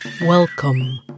Welcome